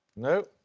no?